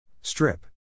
strip